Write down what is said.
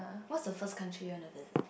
what's the first country you wanna visit